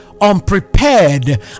unprepared